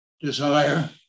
desire